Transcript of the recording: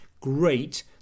Great